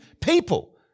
people